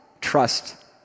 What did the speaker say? trust